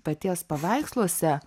paties paveiksluose